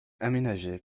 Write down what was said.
aménagés